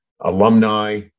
alumni